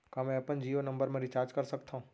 का मैं अपन जीयो नंबर म रिचार्ज कर सकथव?